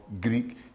Greek